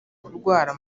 kurwara